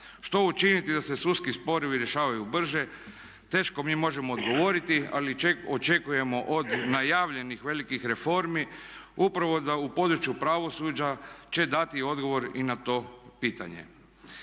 Što učiniti da se sudski sporovi rješavaju brže? Teško mi možemo odgovoriti ali očekujemo od najavljenih velikih reformi upravo da u području pravosuđa će dati odgovor i na to pitanje.